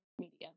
media